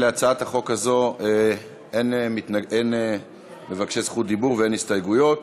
להצעת החוק הזאת אין מבקשי רשות דיבור ואין הסתייגויות,